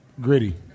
gritty